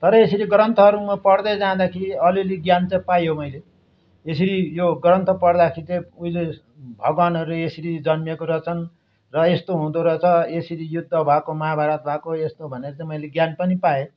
तर यसरी ग्रन्थहरू म पढ्दै जाँदाखेरि अलिअलि ज्ञान चाहिँ पायो मैले यसरी यो ग्रन्थ पढ्दाखेरि चाहिँ उहिले भगवानहरू यसरी जन्मिएको रहेछन् र यस्तो हुँदो रहेछ यसरी युद्ध भएको महाभारत भएको यस्तो भनेर चाहिँ मैले ज्ञान पनि पाएँ